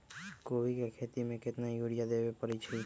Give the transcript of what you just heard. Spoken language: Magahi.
कोबी के खेती मे केतना यूरिया देबे परईछी बताई?